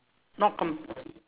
not com~